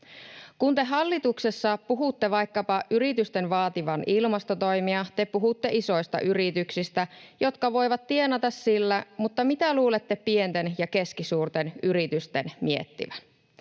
Kun te hallituksessa puhutte vaikkapa yritysten vaativan ilmastotoimia, te puhutte isoista yrityksistä, jotka voivat tienata sillä, mutta mitä luulette pienten ja keskisuurten yritysten miettivän?